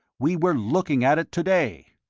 we were looking at it to-day.